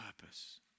purpose